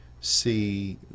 see